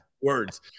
words